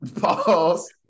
Pause